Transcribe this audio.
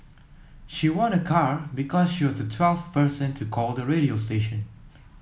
she won a car because she was the twelfth person to call the radio station